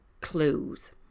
clues